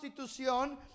constitución